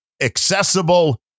accessible